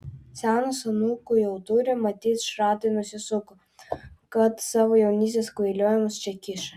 senas anūkų jau turi matyt šratai susisuko kad savo jaunystės kvailiojimus čia kiša